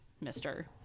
mister